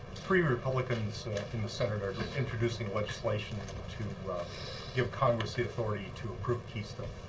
three republicans in the senate are introducing legislation to give congress the authority to approve keystone.